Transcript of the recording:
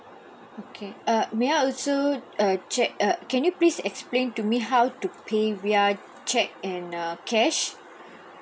okay uh may I also uh check uh can you please explain to me how to pay via check and uh cash